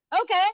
okay